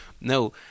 No